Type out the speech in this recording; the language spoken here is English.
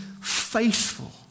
faithful